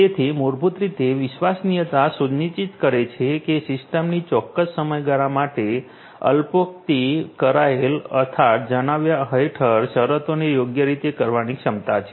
તેથી મૂળભૂત રીતે વિશ્વસનીયતા સુનિશ્ચિત કરે છે કે સિસ્ટમની ચોક્કસ સમયગાળા માટે અલ્પોક્તિ કરાયેલ અર્થાત જણાવ્યા હેઠળ શરતોને યોગ્ય રીતે કરવાની ક્ષમતા છે